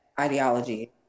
ideology